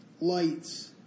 lights